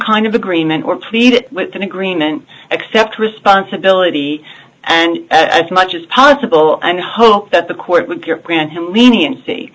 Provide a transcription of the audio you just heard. kind of agreement or plead with an agreement accept responsibility and as much as possible and hope that the court would cure grant him leniency